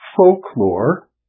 Folklore